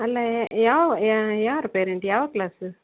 ಅಲ್ಲ ಏ ಯಾವ ಯಾರ ಯಾರು ಪೇರೆಂಟ್ ಯಾವ ಕ್ಲಾಸು